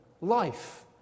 life